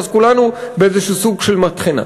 ואז כולנו באיזשהו סוג של מטחנה.